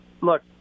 look